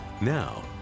Now